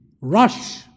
rush